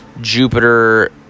Jupiter